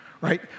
right